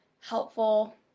helpful